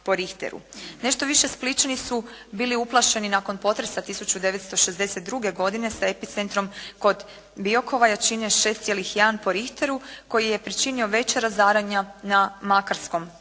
Nešto više Splićani su bili uplašeni nakon potresa 1962. godine sa epicentrom kod Biokova jačine 6,1 po Richteru koji je pričinio veća razaranja na Makarskom